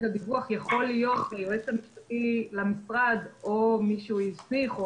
הדיווח יכול להיות ליועץ המשפטי למשרד או מי שהוא הסמיך או